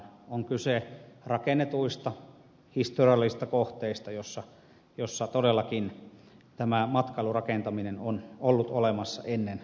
on kyse rakennetuista historiallisista kohteista joissa todellakin matkailurakentaminen on ollut olemassa ennen kansallispuistoa